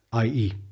IE